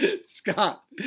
Scott